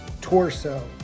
Torso